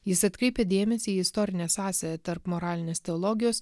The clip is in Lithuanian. jis atkreipia dėmesį į istorinę sąsają tarp moralinės teologijos